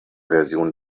version